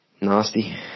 Nasty